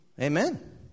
Amen